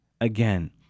again